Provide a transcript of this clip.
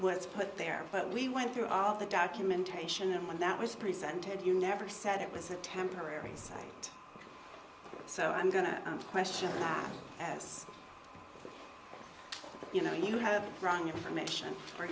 was put there but we went through all the documentation and when that was presented you never said it was a temporary site so i'm going to question as you know you have wrong information or